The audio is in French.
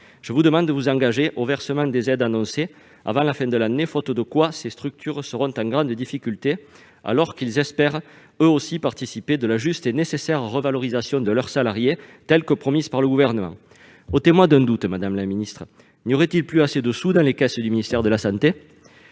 Je vous demande de vous engager au versement des aides annoncées avant la fin de l'année, faute de quoi ces structures seront en grande difficulté, alors qu'elles espéraient participer de la juste et nécessaire revalorisation de leurs salariés promise par le Gouvernement. Ôtez-moi d'un doute, n'y aurait-il plus assez de sous dans les caisses du ministère ?... Par